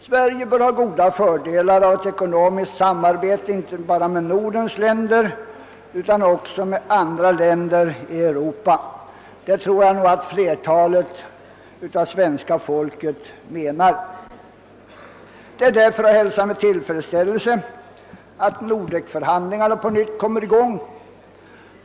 Sverige bör ha goda fördelar av ett ekonomiskt samarbete, inte bara med Nordens länder utan också med andra länder i Europa. Det tror jag nog den största delen av svenska folket menar. Det är därför jag hälsar med tillfredsställelse att Nordekförhandlingarna på nytt kommer i gång.